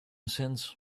since